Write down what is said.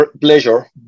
pleasure